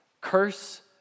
curse